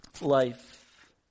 life